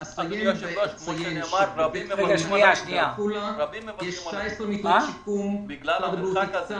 רק אסיים ואציין שבבית חולים בעפולה יש 19 מיטות שיקום והוקצו